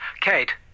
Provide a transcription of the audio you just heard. Kate